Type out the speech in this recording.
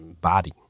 body